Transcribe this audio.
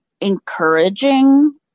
encouraging